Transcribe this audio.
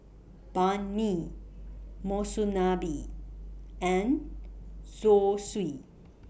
Banh MI Monsunabe and Zosui